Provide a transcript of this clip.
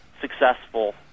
successful